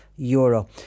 Euro